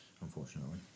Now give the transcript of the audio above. Unfortunately